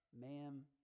Ma'am